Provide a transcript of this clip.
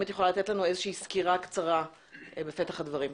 אם את יכולה לתת לנו סקירה קצרה בפתח הדברים.